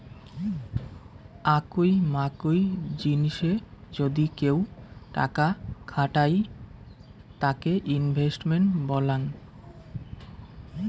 আকুই মাকুই জিনিসে যদি কেউ টাকা খাটায় তাকে ইনভেস্টমেন্ট বলাঙ্গ